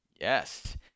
Yes